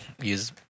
use